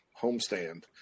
homestand